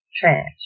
Trash